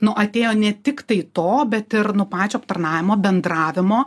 nu atėjo ne tiktai to bet ir nu pačio aptarnavimo bendravimo